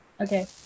Okay